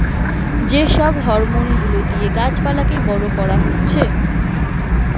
যে সব হরমোন গুলা দিয়ে গাছ পালাকে বড় করা হতিছে